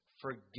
Forgive